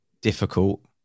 difficult